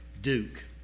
Duke